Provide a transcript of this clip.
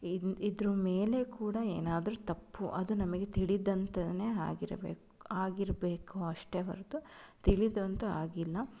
ಇದ್ನ ಇದ್ರ ಮೇಲೆ ಕೂಡ ಏನಾದರೂ ತಪ್ಪು ಅದು ನಮಗೆ ತಿಳಿಯದಂತನೇ ಆಗಿರಬೇಕು ಆಗಿರಬೇಕು ಅಷ್ಟೇ ಹೊರತು ತಿಳಿದಂತೂ ಆಗಿಲ್ಲ